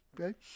Okay